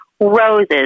roses